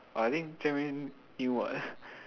uh I think Jian-Hui knew [what]